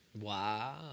Wow